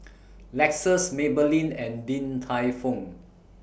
Lexus Maybelline and Din Tai Fung